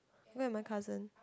me and my cousin